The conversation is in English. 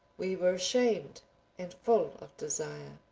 we were ashamed and full of desire.